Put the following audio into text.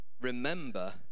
Remember